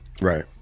Right